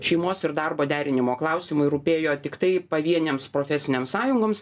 šeimos ir darbo derinimo klausimai rūpėjo tiktai pavienėms profesinėms sąjungoms